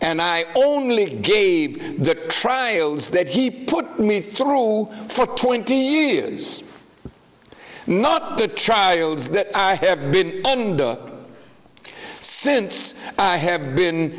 and i only gave the trials that he put me through for twenty years not the trials that i have been under since i have been